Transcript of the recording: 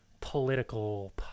political